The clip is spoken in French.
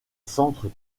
centres